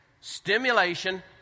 stimulation